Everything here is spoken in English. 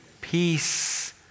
peace